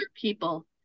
people